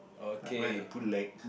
like mine is the boot leg